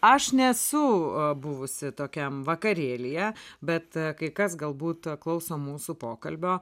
aš nesu buvusi tokiam vakarėlyje bet kai kas galbūt klauso mūsų pokalbio